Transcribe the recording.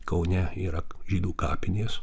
kaune yra žydų kapinės